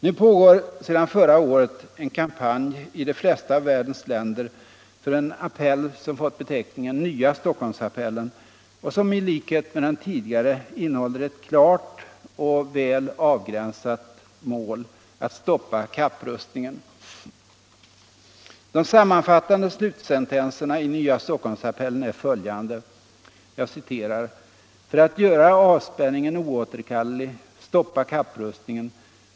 Nu pågår sedan förra året en kampanj i de flesta av världens länder för en appell, som fått beteckningen Nya Stockholmsappellen och som - i likhet med den tidigare — innehåller ett klart och väl avgränsat mål: att stoppa kapprustningen. De sammanfattande slutsentenserna i Nya Stockholmsappellen är följande: - ”För att göra avspänningen oåterkallelig — stoppa kapprustningen!